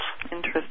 Interesting